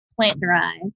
plant-derived